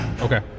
Okay